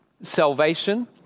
Salvation